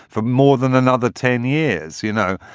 for more than another ten years, you know.